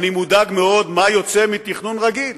אני מודאג מאוד, מה יוצא מתכנון רגיל,